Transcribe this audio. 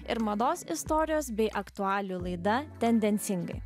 ir mados istorijos bei aktualijų laida tendencingai